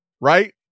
right